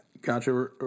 Gotcha